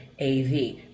av